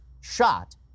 shot